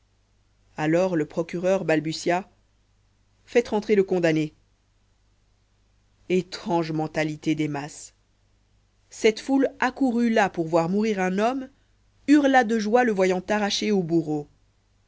alors le procureur balbutia faites rentrer le condamné étrange mentalité des masses cette foule accourue là pour voir mourir un homme hurla de joie le voyant arracher au bourreau